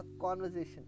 conversation